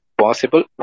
possible